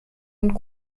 und